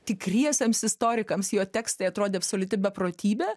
tikriesiems istorikams jo tekstai atrodė absoliuti beprotybė